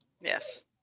Yes